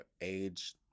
age